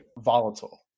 volatile